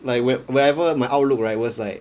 like where wherever my outlook right was like